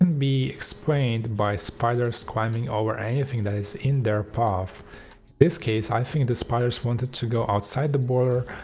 and be explained by spiders climbing over anything that is in their path. in this case i think the spiders wanted to go outside the border,